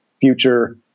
future